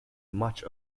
much